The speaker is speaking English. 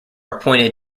appointed